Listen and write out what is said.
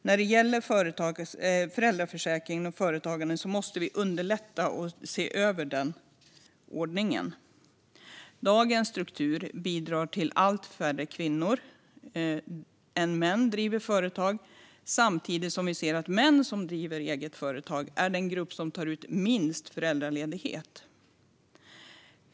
När det gäller föräldraförsäkringen och företagande måste vi underlätta och se över den ordningen. Dagens struktur bidrar till att färre kvinnor än män driver företag, samtidigt som vi ser att män som driver eget företag är den grupp som tar ut minst föräldraledighet.